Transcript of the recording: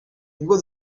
ingo